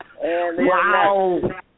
Wow